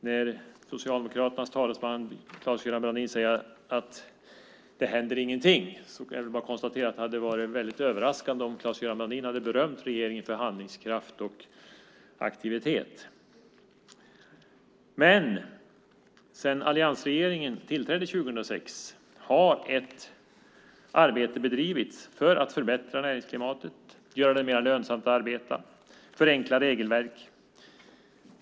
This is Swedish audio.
När Socialdemokraternas talesman Claes-Göran Brandin säger att det inte händer någonting, kan jag bara konstatera att det hade varit väldigt överraskande om Claes-Göran Brandin hade berömt regeringen för handlingskraft och aktivitet. Men sedan alliansregeringen tillträdde 2006 har ett arbete bedrivits för att förbättra näringsklimatet, göra det mer lönsamt att arbeta och förenkla regelverk.